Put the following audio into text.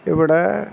ഇവിടെ